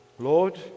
Lord